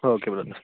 okay brother